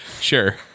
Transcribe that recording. sure